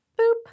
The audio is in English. Boop